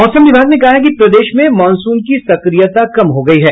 मौसम विभाग ने कहा है कि प्रदेश में मॉसनून की सक्रियता कम हो गयी है